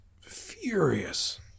furious